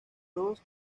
dos